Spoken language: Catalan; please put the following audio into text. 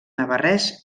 navarrès